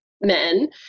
men